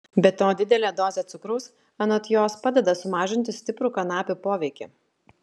be to didelė dozė cukraus anot jos padeda sumažinti stiprų kanapių poveikį